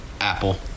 Apple